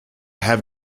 have